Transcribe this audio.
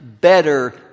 better